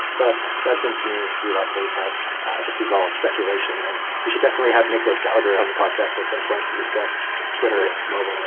that's that's seems to me to be likely, but this is all speculation. and you should definitely have nicholas gallagher on the podcast at some point to discuss twitter mobile.